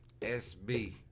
SB